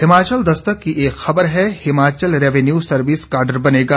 हिमाचल दस्तक की एक खबर है हिमाचल रेवेन्यू सर्विस काडर बनेगा